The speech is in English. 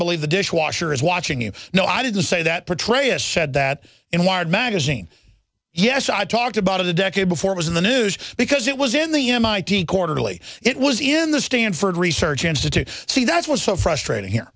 believe the dishwasher is watching you know i didn't say that portray it said that in wired magazine yes i talked about of the decade before i was in the news because it was in the mit quarterly it was in the stanford research institute see that's what's so frustrating here